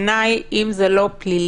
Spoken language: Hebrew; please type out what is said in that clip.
בעיני, אם זה לא פלילי